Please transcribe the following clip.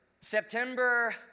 September